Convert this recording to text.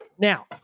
now